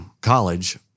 college